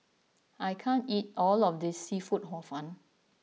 I can't eat all of this Seafood Hor Fun